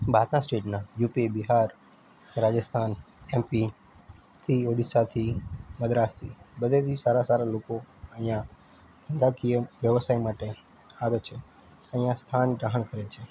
બહારનાં સ્ટેટના U P Bihar Rajasthan એમ પીથી ઓડિશાથી મદ્રાસથી બધેથી સારા સારા લોકો અહીંયા ધંધાકીય વ્યવસાય માટે આવે છે અહીંયા સ્થાન ગ્રહણ કરે છે